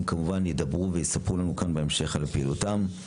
הם כמובן ידברו ויספרו לנו כאן בהמשך על פעילותם.